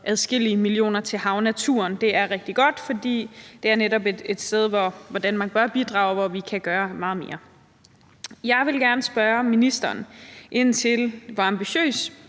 adskillige millioner til havnaturen. Det er rigtig godt, fordi det netop er et sted, hvor Danmark bør bidrage, og hvor vi kan gøre meget mere. Jeg vil gerne spørge ministeren om, hvor ambitiøs